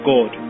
God